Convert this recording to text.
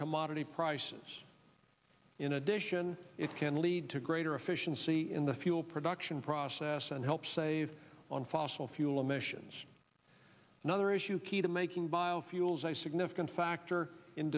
commodity prices in addition it can lead to greater efficiency in the fuel production process and help save on fossil fuel emissions another issue key to making biofuels a significant factor in